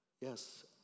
yes